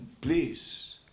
Please